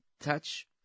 touch